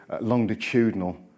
longitudinal